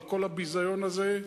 על כל הביזיון הזה,